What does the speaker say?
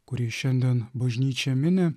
kurį šiandien bažnyčia mini